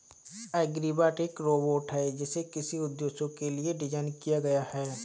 agribot एक robot है जिसे कृषि उद्देश्यों के लिए डिज़ाइन किया गया है